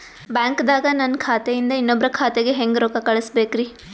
ಬ್ಯಾಂಕ್ದಾಗ ನನ್ ಖಾತೆ ಇಂದ ಇನ್ನೊಬ್ರ ಖಾತೆಗೆ ಹೆಂಗ್ ರೊಕ್ಕ ಕಳಸಬೇಕ್ರಿ?